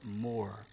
more